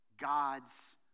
God's